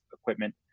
equipment